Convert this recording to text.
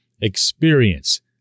experience